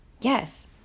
Yes